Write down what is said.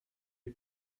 est